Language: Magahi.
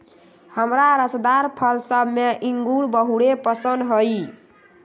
हमरा रसदार फल सभ में इंगूर बहुरे पशिन्न हइ